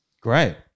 Great